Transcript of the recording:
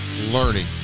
learning